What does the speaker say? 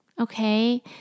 okay